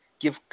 give